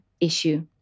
issue